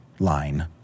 line